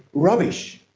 rubbish!